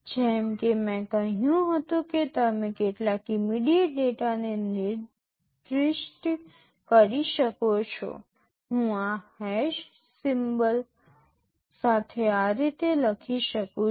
જેમકે મેં કહ્યું હતું કે તમે કેટલાક ઇમિડિયેટ ડેટા ને નિર્દિષ્ટ કરી શકો છો હું આ હેશ સિમ્બલ સાથે આ રીતે લખી શકું છું